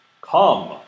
Come